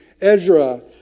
Ezra